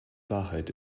wahrheit